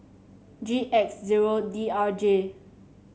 G X zero D R J